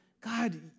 God